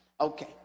okay